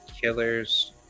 killers